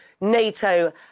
NATO